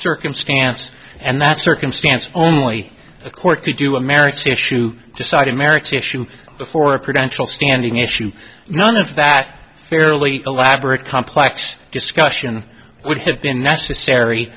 circumstance and that circumstance only a court could do american issue decided merrick's issue before preventable standing issue none of that fairly elaborate complex discussion would have been necessary